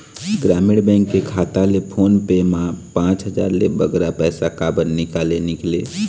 ग्रामीण बैंक के खाता ले फोन पे मा पांच हजार ले बगरा पैसा काबर निकाले निकले?